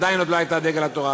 ועדיין לא הייתה דגל התורה.